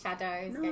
shadows